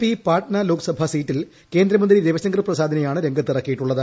P Patna Lok Sabha സീറ്റിൽ കേന്ദ്രമന്ത്രി രവിശങ്കർ പ്രസാദിനെയാണ് രംഗത്തിറക്കിയിട്ടുള്ളത്